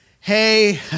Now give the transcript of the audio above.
hey